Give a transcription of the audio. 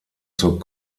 zur